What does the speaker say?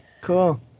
Cool